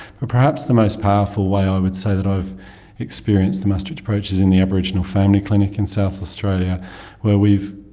perhaps the most powerful way i would say that i've experienced the maastricht approach is in the aboriginal family clinic in south australia where we